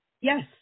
Yes